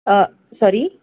sorry